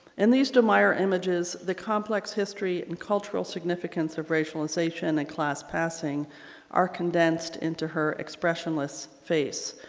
in these de meyer images the complex history and cultural significance of racialization and class passing are condensed into her expressionless face.